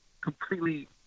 completely